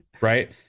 right